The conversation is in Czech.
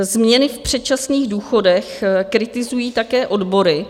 Změny v předčasných důchodech kritizují také odbory.